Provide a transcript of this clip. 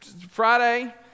Friday